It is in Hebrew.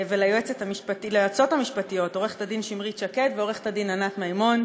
ליועצות המשפטיות עו"ד שמרית שקד ועו"ד ענת מימון,